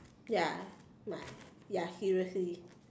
ya my ya seriously